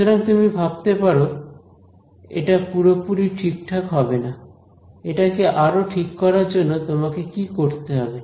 সুতরাং তুমি ভাবতে পারো এটা পুরোপুরি ঠিকঠাক হবে না এটা কে আরো ঠিক করার জন্য তোমাকে কি করতে হবে